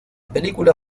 película